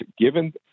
given